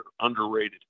underrated